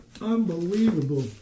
unbelievable